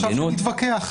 חשבתי שנתווכח.